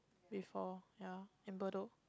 before ya in Bedok